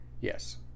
Yes